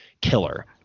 killer